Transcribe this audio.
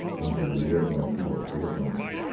and juliet went to look for the consul.